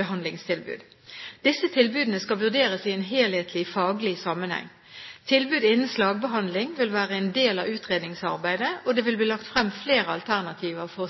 behandlingstilbud. Disse tilbudene skal vurderes i en helhetlig, faglig sammenheng. Tilbud innen slagbehandling vil være en del av utredningsarbeidet, og det vil bli lagt frem flere alternativer for